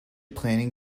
planning